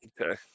Okay